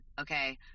okay